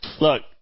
Look